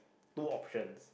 two options